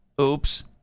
Oops